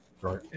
Right